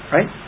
Right